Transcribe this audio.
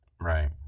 Right